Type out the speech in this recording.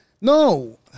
No